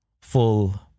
full